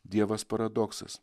dievas paradoksas